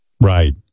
Right